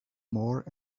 more